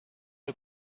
est